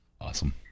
Awesome